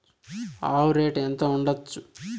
ఆవు రేటు ఎంత ఉండచ్చు?